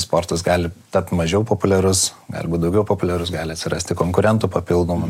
sportas gali tapt mažiau populiarus arba daugiau populiarus gali atsirasti konkurentų papildomų